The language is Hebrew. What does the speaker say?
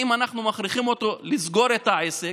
אם אנחנו מכריחים אותו לסגור את העסק,